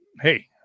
hey